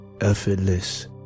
effortless